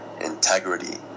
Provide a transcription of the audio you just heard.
integrity